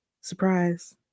surprise